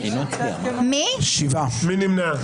מי נמנע?